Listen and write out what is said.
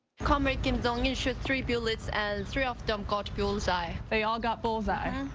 comrade kim jong-il shot three bullets and three of them got bulls-eye. they all got bulls-eye?